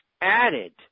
added